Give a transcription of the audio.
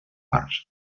parts